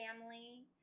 family